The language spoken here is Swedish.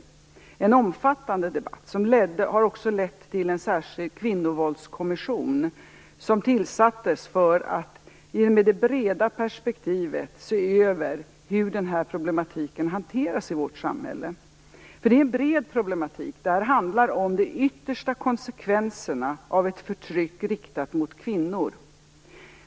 Det har varit en omfattande debatt som också har lett till en särskild kvinnovåldskommission, som tillsattes för att utifrån det breda perspektivet se över hur denna problematik hanteras i vårt samhälle. Det är en bred problematik. Det handlar om de yttersta konsekvenserna av ett förtryck riktat mot kvinnor.